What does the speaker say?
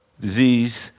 disease